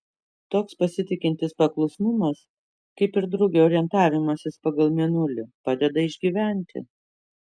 toks pasitikintis paklusnumas kaip ir drugio orientavimasis pagal mėnulį padeda išgyventi